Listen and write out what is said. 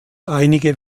einige